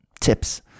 tips